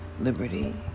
liberty